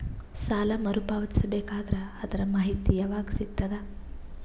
ಸಾಲ ಮರು ಪಾವತಿಸಬೇಕಾದರ ಅದರ್ ಮಾಹಿತಿ ಯವಾಗ ಸಿಗತದ?